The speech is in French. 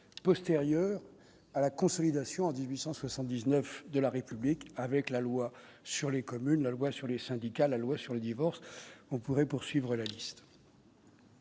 postérieure à la consolidation en 1879 de la République avec la loi sur les communes, la loi sur les syndicats, la loi sur le divorce, on pourrait poursuivre la liste.